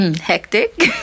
hectic